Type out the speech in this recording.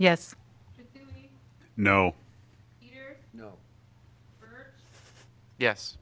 yes no no yes